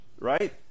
right